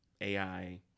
ai